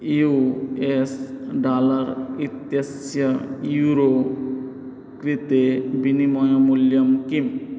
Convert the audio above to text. U S dollar इत्यस्य euro कृते विनिमयमूल्यं किम्